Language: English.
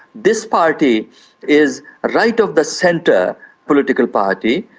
this party is right of the centre political party,